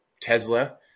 Tesla